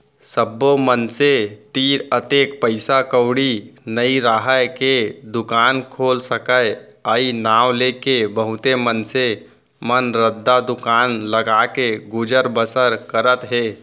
सब्बो मनसे तीर अतेक पइसा कउड़ी नइ राहय के दुकान खोल सकय अई नांव लेके बहुत मनसे मन रद्दा दुकान लगाके गुजर बसर करत हें